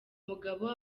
mugabo